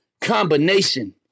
combination